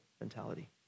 mentality